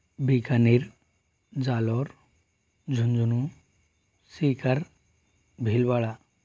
Bikaner Jalore Jhunjhunu Sikar Bhilwara